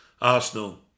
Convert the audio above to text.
Arsenal